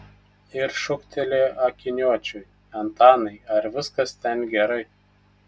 ir šūktelėjo akiniuočiui antanai ar viskas ten gerai